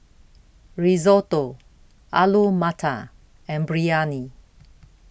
Risotto Alu Matar and Biryani